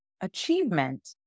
achievement